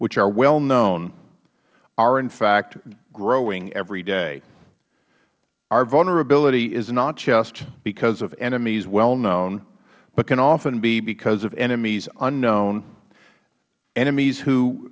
which are well known are in fact growing every day our vulnerability is not just because of enemies well know but can often be because of enemies unknown enemies who